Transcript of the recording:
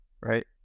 Right